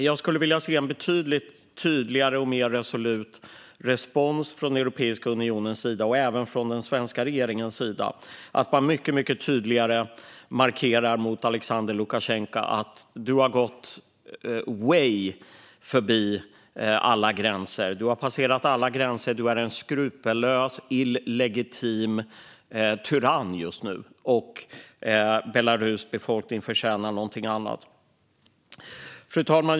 Jag skulle vilja se en betydligt tydligare och mer resolut respons från Europeiska unionens sida och även från den svenska regeringens sida, att man mycket tydligare markerar för Alexander Lukasjenko att han har gått way förbi alla gränser, passerat alla gränser, och är en skrupelfri, illegitim tyrann just nu och att Belarus befolkning förtjänar någonting annat. Fru talman!